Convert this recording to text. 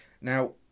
Now